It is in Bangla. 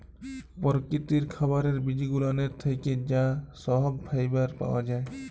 পরকিতির খাবারের বিজগুলানের থ্যাকে যা সহব ফাইবার পাওয়া জায়